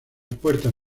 puertas